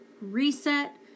Reset